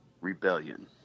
rebellion